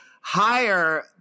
higher